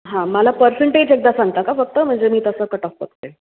हां मला परसेंटेज एकदा सांगता का फक्त म्हणजे मी तसं कट ऑफ बघते